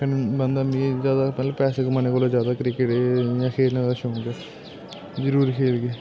कन्नै बंदा मी ज्यादा पैह्ले पैसे कमाने कोला ज्यादा क्रिकेट खेलने दा शौंक ऐ जरूर खेलगे